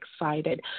excited